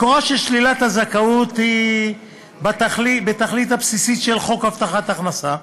מקורה של שלילת הזכאות בתכלית הבסיסית של חוק הבטחת הכנסה,